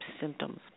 symptoms